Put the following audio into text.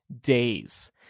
days